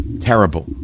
Terrible